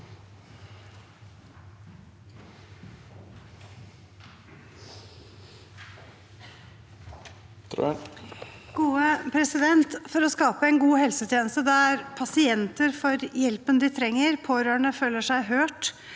For å skape en god helsetjeneste der pasienter får den hjelpen de trenger, pårørende føler seg hørt